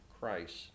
Christ